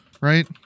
right